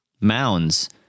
mounds